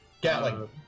Gatling